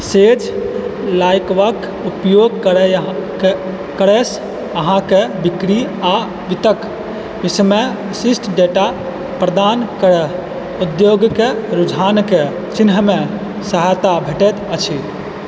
सेज लाइवके उपयोग करैसँ अहाँके बिक्री आओर वित्तक विषयमे विशिष्ट डेटा प्रदान कऽ उद्योगके रुझानके चिन्हैमे सहायता भेटैत अछि